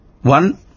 One